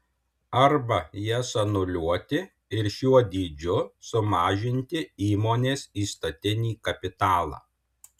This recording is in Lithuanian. arba jas anuliuoti ir šiuo dydžiu sumažinti įmonės įstatinį kapitalą